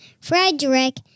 Frederick